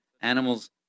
animals